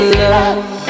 love